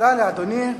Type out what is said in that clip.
תודה לאדוני.